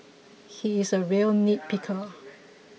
he is a real nitpicker